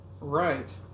Right